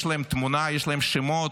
יש להם תמונה, יש להם שמות.